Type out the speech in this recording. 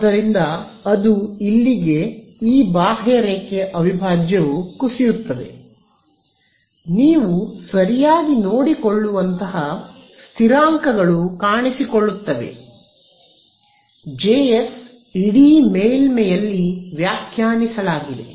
ಆದ್ದರಿಂದ ಅದು ಇಲ್ಲಿಗೆ ಈ ಬಾಹ್ಯರೇಖೆಯ ಅವಿಭಾಜ್ಯವು ಕುಸಿಯುತ್ತದೆ ನೀವು ಸರಿಯಾಗಿ ನೋಡಿಕೊಳ್ಳುವಂತಹ ಸ್ಥಿರಾಂಕಗಳು ಕಾಣಿಸಿಕೊಳ್ಳುತ್ತವೆ ಜೆಎಸ್ ಇಡೀ ಮೇಲ್ಮೈಯಲ್ಲಿ ವ್ಯಾಖ್ಯಾನಿಸಲಾಗಿದೆ